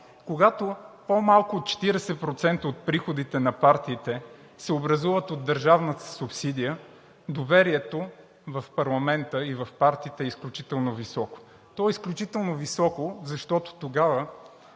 Когато по-малко от 40% от приходите на партиите се образуват от държавната субсидия, доверието в парламента и в партиите е изключително високо. То е изключително високо, защото тогава